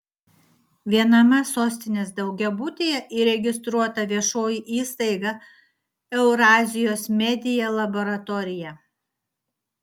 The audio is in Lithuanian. viename sostinės daugiabutyje įregistruota viešoji įstaiga eurazijos media laboratorija